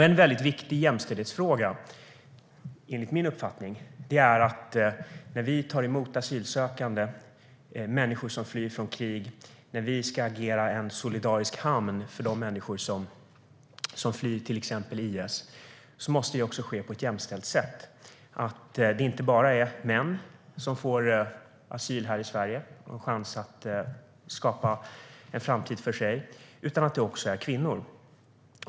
En viktig jämställdhetsfråga enligt min uppfattning är att när vi tar emot asylsökande människor som flyr från krig, när vi ska agera en solidarisk hamn för de människor som flyr till exempel IS, måste det ske på ett jämställt sätt så att det inte bara är män som får asyl här i Sverige och en chans att skapa en framtid utan att det också är kvinnor.